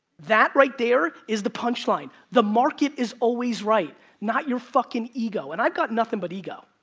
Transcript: that right there is the punchline. the market is always right, not your fuckin' ego. and i've got nothin' but ego.